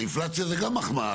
האינפלציה זה גם מחמאה,